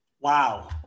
wow